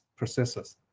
processors